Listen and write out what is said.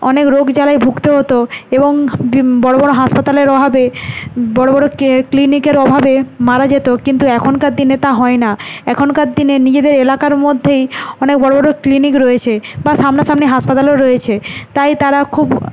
অনেক রোগ জ্বালায় ভুগতে হতো এবং বড় বড় হাসপাতালের অভাবে বড় বড় ক্লিনিকের অভাবে মারা যেত কিন্তু এখনকার দিনে তা হয় না এখনকার দিনে নিজেদের এলাকার মধ্যেই অনেক বড় বড় ক্লিনিক রয়েছে বা সামনাসামনি হাসপাতালও রয়েছে তাই তারা খুব